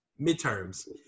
midterms